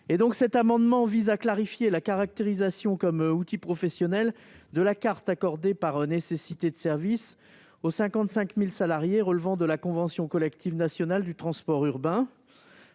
2020. Il s'agit de clarifier la caractérisation comme outil professionnel de la carte accordée par nécessité de service aux 55 000 salariés relevant de la convention collective nationale du transport urbain.